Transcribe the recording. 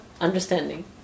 understanding